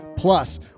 Plus